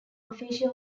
official